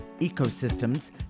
ecosystems